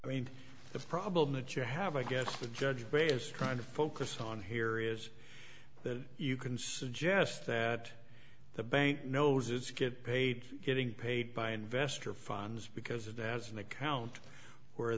i mean the problem that you have i guess the judge bay is trying to focus on here is that you can suggest that the bank knows its get paid getting paid by investor funds because it has an account where